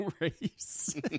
race